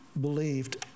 believed